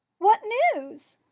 what news?